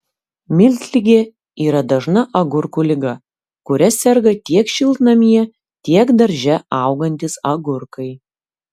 miltligė yra dažna agurkų liga kuria serga tiek šiltnamyje tiek darže augantys agurkai